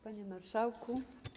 Panie Marszałku!